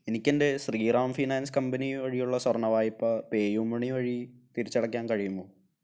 എനിക്കെൻ്റെ Shriram finance company വഴിയുള്ള സ്വർണ്ണ വായ്പ പേ യു മണി വഴി തിരിച്ചടയ്ക്കാൻ കഴിയുമോ